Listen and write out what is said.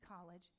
college